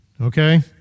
Okay